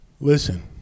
Listen